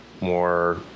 more